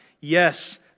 Yes